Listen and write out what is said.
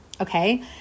Okay